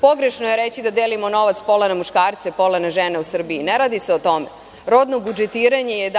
pogrešno je reći da delimo novac pola na muškarce, pola na žene u Srbiji. Ne radi se o tome, rodno budžetiranje je